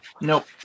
Nope